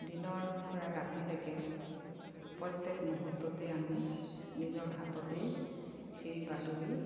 দিনৰ পৰা ৰাতিলৈকে প্ৰত্যেক মুহুৰ্ততে আমি নিজৰ হাততেই সেই বাতৰি